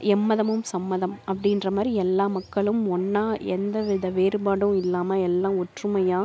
எம்மதமும் சம்மதம் அப்படின்ற மாதிரி எல்லா மக்களும் ஒன்றா எந்த வித வேறுபாடும் இல்லாமல் எல்லாம் ஒற்றுமையாக